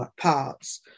parts